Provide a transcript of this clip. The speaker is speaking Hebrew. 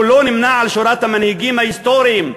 הוא לא נמנה עם שורת המנהיגים ההיסטוריים,